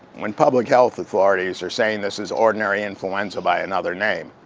when public health authorities are saying this is ordinary influenza by another name,